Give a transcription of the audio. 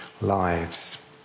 lives